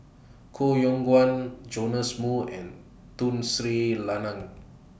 Koh Yong Guan Joash Moo and Tun Sri Lanang